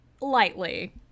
lightly